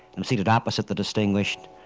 i'm seated opposite the distinguished,